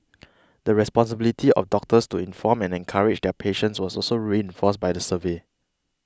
the responsibility of doctors to inform and encourage their patients was also reinforced by the survey